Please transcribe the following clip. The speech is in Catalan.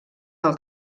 del